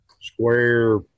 square